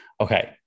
Okay